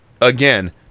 again